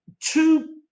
two